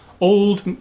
Old